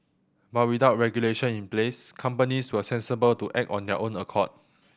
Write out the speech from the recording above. but without regulation in place companies were sensible to act on their own accord